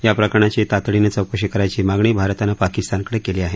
या प्रकरणाची तातडीनं चौकशी करायची मागणी भारतानं पाकिस्तानकडे केली आहे